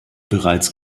bereits